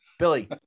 Billy